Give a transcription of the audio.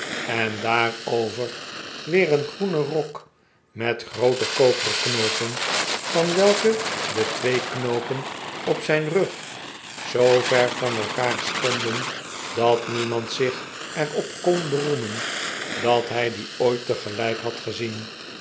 en daarover weer een groenen rok met groote koperen knoopen van welke de twee knoopen op zijn rug zoover van elkaar stonden dat niemand zich er op kon beroemen dat hij die ooit tegelijk had gezien